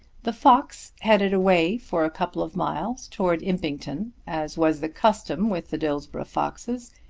the fox headed away for a couple of miles towards impington, as was the custom with the dillsborough foxes,